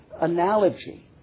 analogy